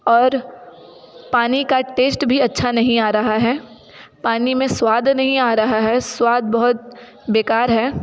और पानी का टेस्ट भी अच्छा नहीं आ रहा है पानी में स्वाद नहीं आ रहा है स्वाद बहुत बेकार है